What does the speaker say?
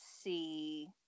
see